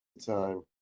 time